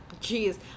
Jeez